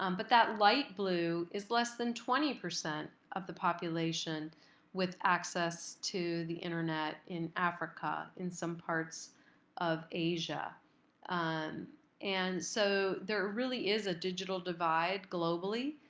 um but that light blue is less than twenty percent of the population with access to the internet in africa, in some parts of asia and so there really is a digital divide, globally,